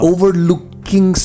Overlooking